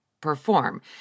Perform